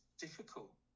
difficult